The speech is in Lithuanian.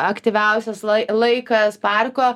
aktyviausias laikas parko